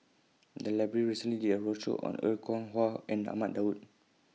The Library recently did A roadshow on Er Kwong Wah and Ahmad Daud